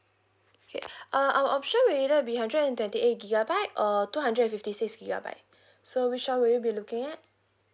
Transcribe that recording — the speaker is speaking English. okay uh our option will either be hundred and twenty eight gigabyte or two hundred and fifty six gigabyte so which one would you be looking at